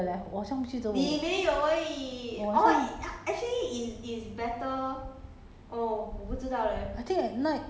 没有可可是我住院的时候晚上没有去 X-ray 的 leh 我好像不记得我我好像